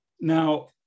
Now